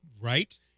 Right